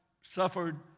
suffered